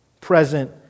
present